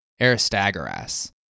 Aristagoras